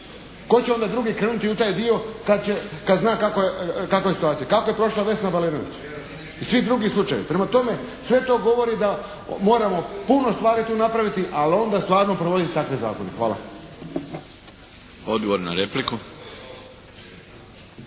Tko će onda drugi krenuti u taj dio kada zna kakva je situacija. Kako je prošla Vesna Balenović i svi drugi slučajevi? Prema tome sve to govori da moramo puno stvari tu napraviti, ali onda stvarno provoditi takve zakone. Hvala. **Milinović,